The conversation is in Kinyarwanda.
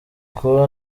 kuba